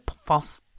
false –